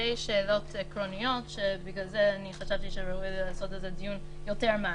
שאלות עקרוניות שבגלל זה חשבתי שראוי לעשות על זה דיון קצת יותר מעמיק.